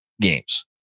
games